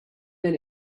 men